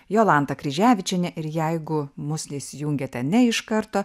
jolanta kryževičienė ir jeigu mus įsijungiate ne iš karto